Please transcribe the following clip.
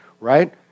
right